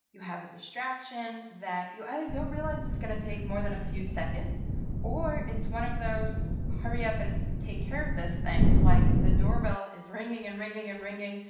you have a distraction that you either don't realize it's gonna take more than a few seconds or it's one of those hurry up and take care of this thing. like the doorbell is ringing and ringing and ringing.